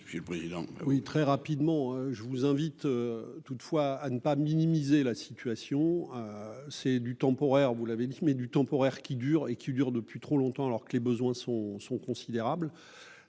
Oui. Très rapidement, je vous invite. Toutefois, à ne pas minimiser la situation. C'est du temporaire. Vous l'avez dit mais du temporaire qui dure et qui dure depuis trop longtemps, alors que les besoins sont considérables.